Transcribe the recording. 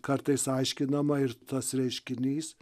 kartais aiškinama ir tas reiškinys